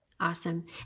Awesome